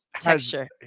texture